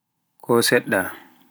ko seɗɗa